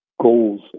goals